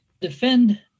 defend